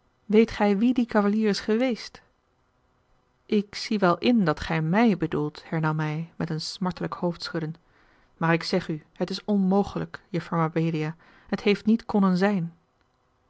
weet gij wie die cavalier is geweest ik zie wel in dat gij mij bedoelt hernam hij met een smartelijk hoofdschudden maar ik zeg u het is onmogelijk juffrouw mabelia het heeft niet konnen zijn